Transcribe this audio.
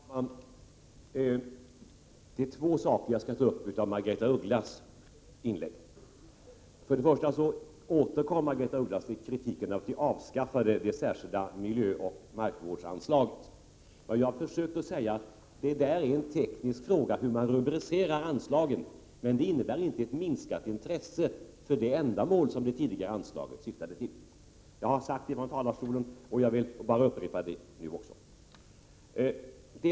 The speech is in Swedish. Herr talman! Det är två saker jag skall ta upp med anledning av Margaretha af Ugglas inlägg. För det första återkom Margaretha af Ugglas med kritiken att vi avskaffade det särskilda miljöoch markvårdsanslaget. Jag har försökt säga att det är en teknisk fråga hur man rubricerar anslagen. Att anslagsposten för miljö, markvård och energi har försvunnit innebär inte ett minskat intresse för det ändamål som det tidigare anslaget var avsett till. Jag har sagt det från talarstolen, och jag vill upprepa det nu också.